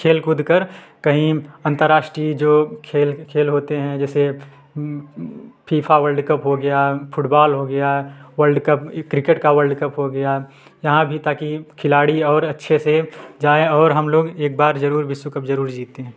खेल कूद कर कहीं अन्तर्राष्ट्रीय जो खेल खेल होते हैं जैसे फिफा वोल्ड कप हो गया फूटबॉल हो गया वोल्ड कप ये क्रिकेट का वोल्ड कप हो गया यहाँ भी ताकी खिलाड़ी और अच्छे से जाएँ और हम लोग एक बार जरूर विश्वकप जरूर जीतें